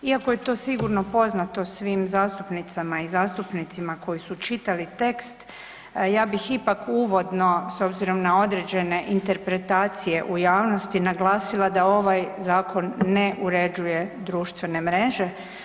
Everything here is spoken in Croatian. Iako je to sigurno poznato svim zastupnicama i zastupnicima koji su čitali tekst, ja bih ipak uvodno, s obzirom na određene interpretacije u javnosti naglasila da ovaj zakon ne uređuje društvene mreže.